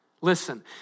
Listen